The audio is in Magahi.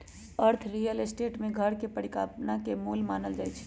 अर्थ रियल स्टेट में घर के परिकल्पना के मूल मानल जाई छई